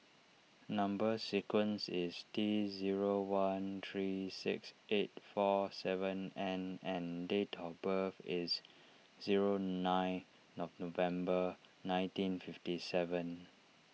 Number Sequence is T zero one three six eight four seven N and date of birth is zero nine November nineteen fifty seven